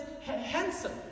handsome